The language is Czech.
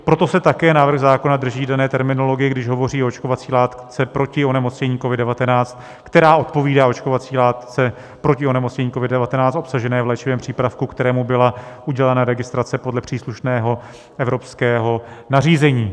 Proto se také návrh zákona drží dané terminologie, když hovoří o očkovací látce proti onemocnění COVID19, která odpovídá očkovací látce proti onemocnění COVID19 obsažené v léčivém přípravku, kterému byla udělena registrace podle příslušného evropského nařízení.